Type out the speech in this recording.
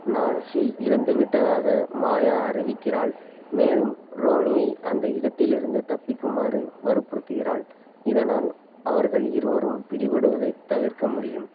Nancy இறந்துவிட்டதாக Maya அறிவிக்கிறாள் மேலும் ரோனியை அந்த இடத்திலிருந்து தப்பிக்குமாறு வற்புறுத்துகிறாள் இதனால் அவர்கள் இருவரும் பிடிபடுவதைத் தவிர்க்க முடியும்